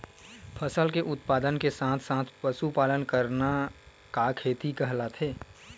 फसल के उत्पादन के साथ साथ पशुपालन करना का खेती कहलाथे?